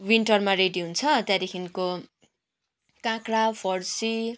विन्टरमा रेडी हुन्छ त्यहाँदेखिन्को काँक्रा फर्सी